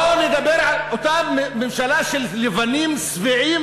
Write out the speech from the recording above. בואו נדבר על אותה ממשלה של לבנים שבעים